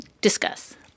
Discuss